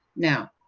now,